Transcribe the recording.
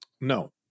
No